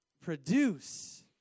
produce